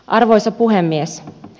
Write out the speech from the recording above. arvoisa puhemies